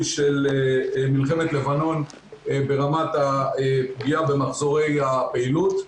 של מלחמת לבנון ברמת הפגיעה במחזורי הפעילות.